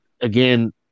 again